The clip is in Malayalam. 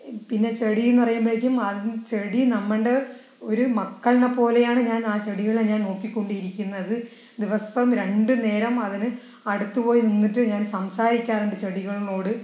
പിന്നെ ചെടി എന്ന് പറയുമ്പോഴേക്കും ചെടി നമ്മളുടെ ഒരു മക്കളിനെ പോലെയാണ് ഞാൻ ആ ചെടികളെ ഞാൻ നോക്കിക്കൊണ്ടിരിക്കുന്നത് ദിവസം രണ്ടുനേരം അതിന് അടുത്ത് പോയി നിന്നിട്ട് ഞാൻ സംസാരിക്കാറുണ്ട് ചെടികളിനോട്